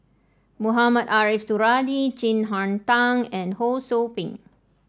Mohamed Ariff Suradi Chin Harn Tong and Ho Sou Ping